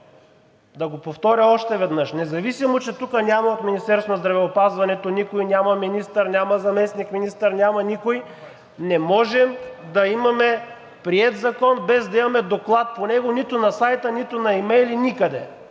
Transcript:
да го повторя още веднъж! Независимо че тук няма от Министерството на здравеопазването – няма министър, няма заместник-министър, няма никой, не можем да имаме приет закон, без да имаме доклад по него нито на сайта, нито на имейли, никъде!